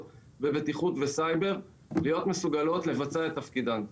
בבטיחות וסייבר להיות מסוגלות לבצע את תפקידן.